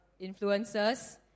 influencers